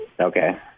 Okay